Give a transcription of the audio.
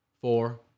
four